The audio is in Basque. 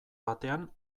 batean